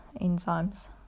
enzymes